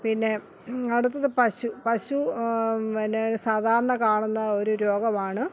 പിന്നെ അടുത്തത് പശു പശു പിന്നെ സാധാരണ കാണുന്ന ഒരു രോഗമാണ്